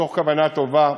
מתוך כוונה טובה,